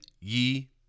ye